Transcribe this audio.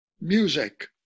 music